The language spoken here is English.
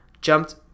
jumped